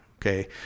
Okay